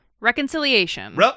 Reconciliation